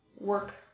work